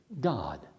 God